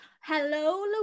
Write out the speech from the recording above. hello